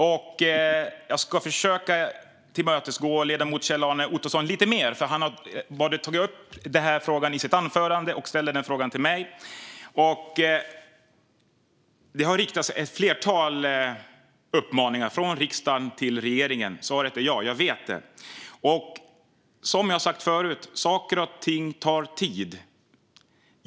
Men jag ska försöka tillmötesgå ledamoten Kjell-Arne Ottosson lite mer, för han både tog upp frågan i sitt anförande och ställer frågan till mig. Det har riktats ett flertal uppmaningar från riksdagen till regeringen. Svaret är ja; jag vet det. Som jag sagt förut tar saker och ting tid.